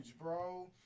bro